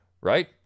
right